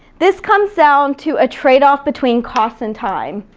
this comes down to a trade-off between cost and time.